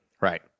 Right